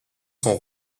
son